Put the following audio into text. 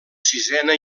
sisena